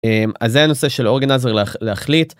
אז זה הנושא של organizer להחליט.